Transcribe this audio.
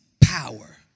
power